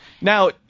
Now